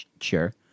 Sure